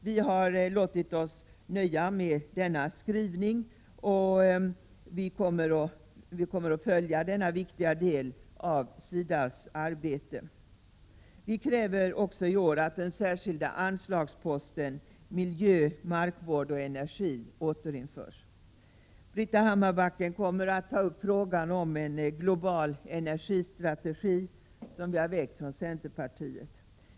Vi har låtit oss nöja med denna skrivning, men kommer noga att följa denna viktiga del av SIDA:s arbete. Centerpartiet kräver även i år att den särskilda anslagsposten miljö, markvård och energi återinförs. Britta Hammarbacken kommer att ta upp frågan om en global energistrategi, som vi aktualiserat från centerpartiets sida.